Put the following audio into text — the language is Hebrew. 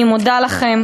אני מודה לכם.